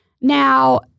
Now